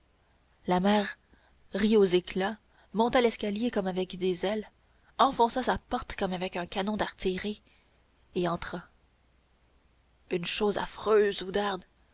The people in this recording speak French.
la mère rit aux éclats monta l'escalier comme avec des ailes enfonça sa porte comme avec un canon d'artillerie et entra une chose affreuse oudarde